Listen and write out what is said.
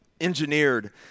engineered